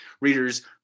readers